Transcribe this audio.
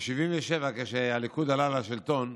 ב-1977, כאשר הליכוד עלה לשלטון,